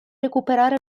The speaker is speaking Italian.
recuperare